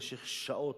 במשך שעות.